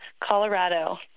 Colorado